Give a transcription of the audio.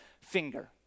finger